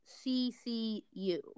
CCU